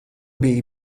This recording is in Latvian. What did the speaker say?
biji